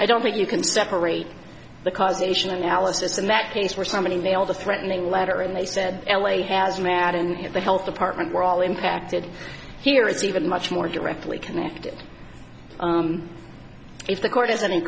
i don't think you can separate the causation analysis in that case where somebody made all the threatening letter and they said l a has mad in the health department we're all impacted here it's even much more directly connected if the court has any